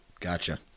Gotcha